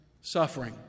suffering